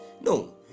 no